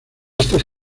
estas